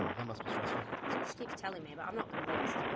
that must be stressful. that's what she keeps telling me, but i'm not convinced.